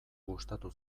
gustatu